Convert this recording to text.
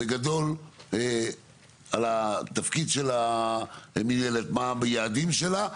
בגדול על התפקיד של המנהלת מה היעדים שלה,